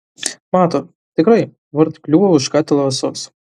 mato tikrai vartai kliūva už katilo ąsos